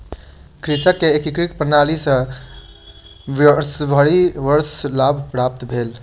कृषक के एकीकृत कृषि प्रणाली सॅ वर्षभरि वर्ष लाभ प्राप्त भेल